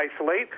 isolate